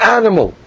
animal